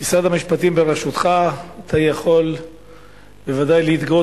משרד המשפטים בראשותך אתה יכול בוודאי להתגאות